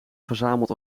verzamelt